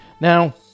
now